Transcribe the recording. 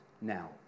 now